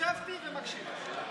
ישבתי ואני מקשיב.